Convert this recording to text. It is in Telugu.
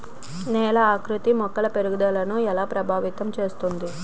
నేల ఆకృతి మొక్కల పెరుగుదలను ఎలా ప్రభావితం చేస్తుంది?